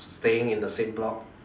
staying in the same block